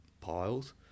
piles